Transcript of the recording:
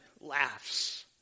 laughs